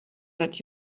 that